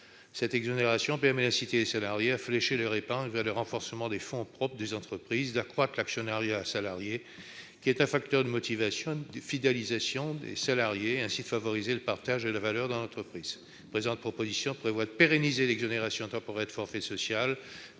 Cette exonération permet d'inciter les salariés à diriger leur épargne vers le renforcement des fonds propres des entreprises, d'accroître l'actionnariat salarié- un facteur de motivation et de fidélisation des salariés -et ainsi de favoriser le partage de la valeur dans l'entreprise. La présente proposition a pour objet de proroger l'exonération temporaire de forfait social